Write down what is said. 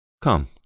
Come